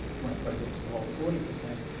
when a president's below forty percent,